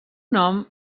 nom